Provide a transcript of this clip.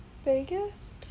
Vegas